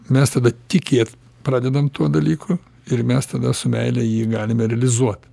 mes tada tikėt pradedam tuo dalyku ir mes tada su meile jį galime realizuot